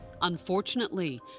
Unfortunately